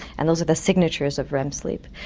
and those are the signatures of rem sleep.